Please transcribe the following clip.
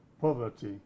poverty